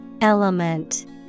Element